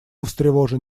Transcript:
встревожен